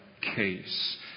case